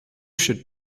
should